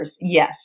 Yes